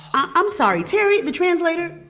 i'm sorry. terry, the translator,